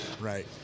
Right